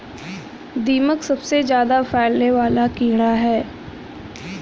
दीमक सबसे ज्यादा फैलने वाला कीड़ा है